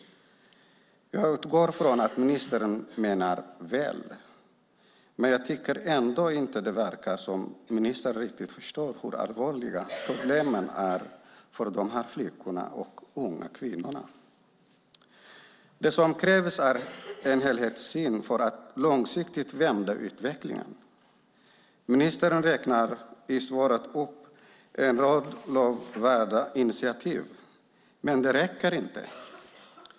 Jag utgår från att ministern menar väl, men jag tycker ändå inte att det verkar som att ministern riktigt förstår hur allvarliga problemen är för de här flickorna och unga kvinnorna. Det som krävs är en helhetssyn för att långsiktigt vända utvecklingen. Ministern räknar i svaret upp en rad lovvärda initiativ, men de räcker inte.